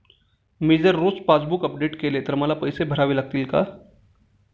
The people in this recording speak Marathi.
मी जर रोज पासबूक अपडेट केले तर मला पैसे भरावे लागतील का?